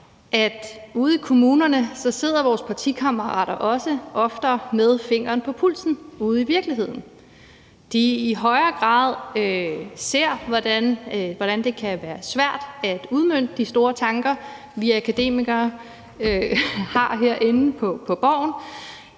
Ude i kommunerne sidder vores partikammerater også oftere med fingeren på pulsen ude i virkeligheden, og de ser i højere grad, hvordan det kan være svært at udmønte de store tanker, vi akademikere har herinde på Borgen.